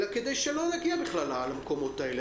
אלא כדי שלא נגיע בכלל למקומות האלה.